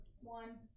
One